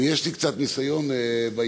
ויש לי קצת ניסיון בעניין,